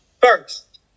first